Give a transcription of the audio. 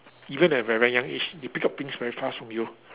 even at a very young they pick up things very fast from you